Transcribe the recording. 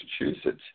Massachusetts